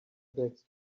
bags